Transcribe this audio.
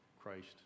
Christ